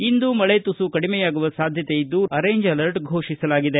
ಇಂದು ಮಳೆ ತುಸು ಕಡಿಮೆಯಾಗುವ ಸಾಧ್ಯತೆ ಇದ್ದು ಆರೆಂಜ್ ಅರ್ಟ ಘೋಷಿಸಲಾಗಿದೆ